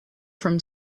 from